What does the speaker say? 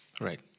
right